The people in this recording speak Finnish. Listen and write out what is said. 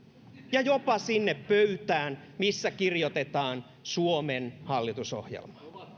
ja jopa sinne pöytään missä kirjoitetaan suomen hallitusohjelmaa